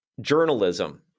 journalism